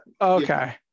okay